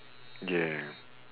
yeah